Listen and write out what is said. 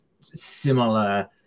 similar